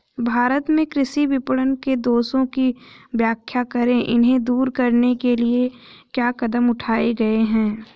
भारत में कृषि विपणन के दोषों की व्याख्या करें इन्हें दूर करने के लिए क्या कदम उठाए गए हैं?